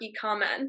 comment